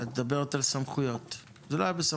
את מדברת על סמכויות זה לא היה בסמכותי,